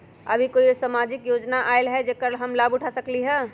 अभी कोई सामाजिक योजना आयल है जेकर लाभ हम उठा सकली ह?